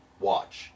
watch